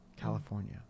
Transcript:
California